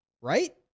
right